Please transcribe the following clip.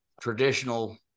traditional